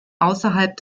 außerhalb